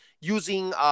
using